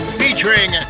featuring